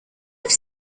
have